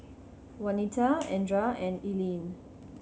Wanita Andra and Ilene